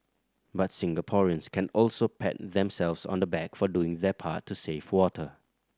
but Singaporeans can also pat themselves on the back for doing their part to save water